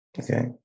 okay